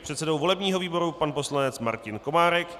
předsedou volebního výboru pan poslanec Martin Komárek,